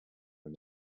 and